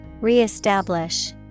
Re-establish